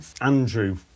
Andrew